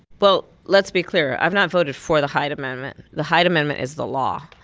well, let's be clear. i've not voted for the hyde amendment. the hyde amendment is the law,